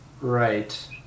Right